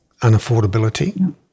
unaffordability